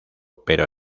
pero